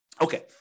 Okay